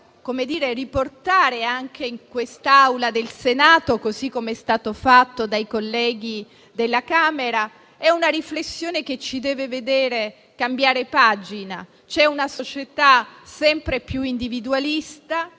vogliamo riportare anche in quest'Aula del Senato - così com'è stato fatto dai colleghi della Camera - è quella che ci deve vedere cambiare pagina. C'è una società sempre più individualista,